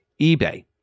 eBay